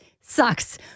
sucks